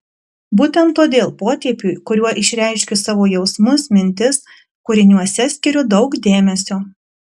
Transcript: būtent todėl potėpiui kuriuo išreiškiu savo jausmus mintis kūriniuose skiriu daug dėmesio